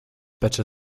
better